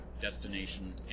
destination